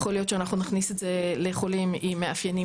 יכול להיות שאנחנו נכניס את זה לחולים עם מאפיינים